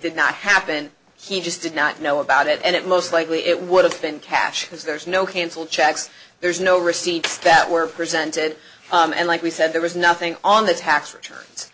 did not happen he just did not know about it and it most likely it would have been cash because there's no cancelled checks there's no receipts that were presented and like we said there was nothing on the tax returns